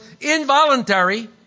involuntary